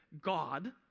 God